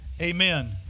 Amen